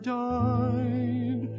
died